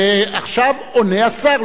ועכשיו עונה השר.